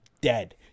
dead